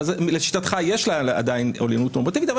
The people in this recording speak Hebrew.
לשיטתך יש עדיין עליונות נורמטיבית אבל